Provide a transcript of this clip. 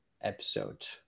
episode